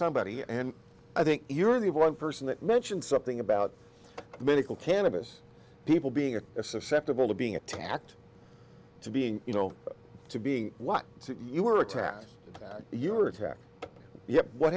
somebody and i think you're the one person that mentioned something about medical cannabis people being a susceptible to being attacked to being you know to being what you were attacked that your attack yeah what